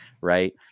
Right